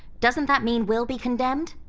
doesn't that mean we'll be condemned?